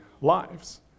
lives